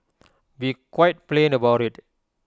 be quite plain about IT